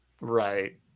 Right